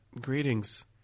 Greetings